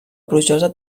plujosa